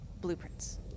blueprints